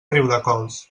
riudecols